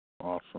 Awesome